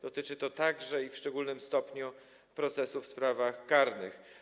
Dotyczy to także, w szczególnym stopniu, procesów w sprawach karnych.